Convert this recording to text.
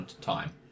time